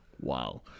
Wow